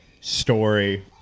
story